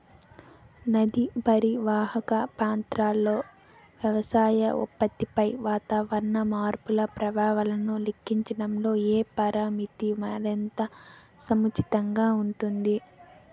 నదీ పరీవాహక ప్రాంతంలో వ్యవసాయ ఉత్పత్తిపై వాతావరణ మార్పుల ప్రభావాలను లెక్కించడంలో ఏ పరామితి మరింత సముచితంగా ఉంటుంది?